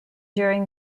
during